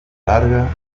larga